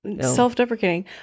self-deprecating